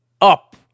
up